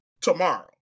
tomorrow